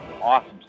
Awesome